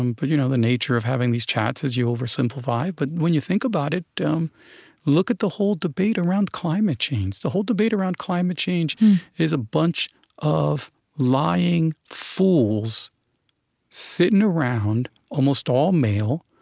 um but you know the nature of having these chats is, you oversimplify but when you think about it, look at the whole debate around climate change. the whole debate around climate change is a bunch of lying fools sitting around, almost all male,